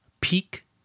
peak